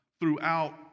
throughout